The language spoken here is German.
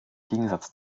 gegensatz